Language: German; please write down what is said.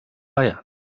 bayern